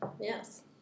Yes